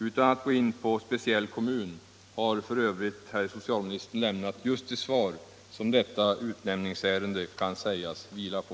Utan att gå in på speciell kommun har f. ö herr socialministern lämnat just det svar som detta utnämningsärende kan sägas vila på.